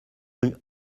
rue